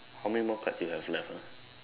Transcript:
how many more cards you have left ah